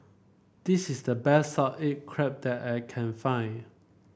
this is the best salt egg crab that I can find